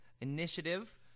initiative